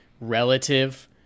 relative